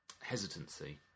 hesitancy